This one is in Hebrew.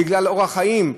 בגלל אורח חיים,